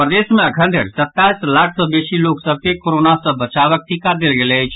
प्रदेश मे अखन धरि सत्ताईस लाख सॅ बेसी लोक सभ के कोरोना सॅ बचावक टीका देल गेल अछि